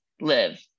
live